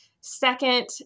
second